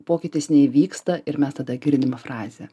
pokytis neįvyksta ir mes tada girdime frazę